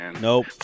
Nope